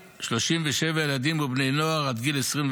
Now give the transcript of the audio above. וכ-2,037 ילדים ובני נוער עד גיל 21